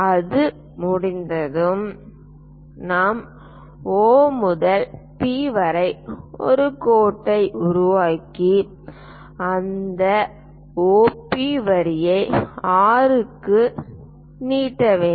அது முடிந்ததும் நாம் O முதல் P வரை ஒரு கோட்டை உருவாக்கி அந்த O P வரியை R க்கு நீட்ட வேண்டும்